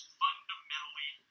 fundamentally